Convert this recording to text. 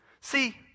See